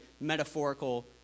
metaphorical